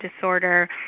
disorder